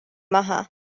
maha